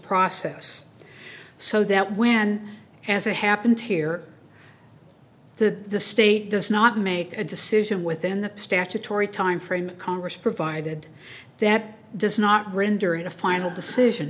process so that when as it happened here the the state does not make a decision within the statutory timeframe congress provided that does not render it a final decision